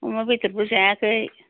अमा बेदरबो जायाखै